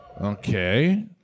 Okay